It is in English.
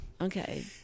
Okay